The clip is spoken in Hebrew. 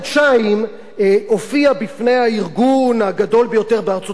הופיע בפני הארגון הגדול ביותר בארצות-הברית לזכויות הקהילה הגאה,